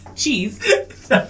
Cheese